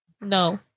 No